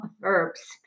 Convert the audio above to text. verbs